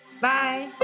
Bye